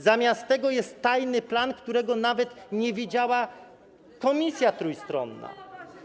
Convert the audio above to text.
Zamiast tego jest tajny plan, którego nawet nie widziała komisja trójstronna.